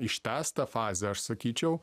ištęstą fazę aš sakyčiau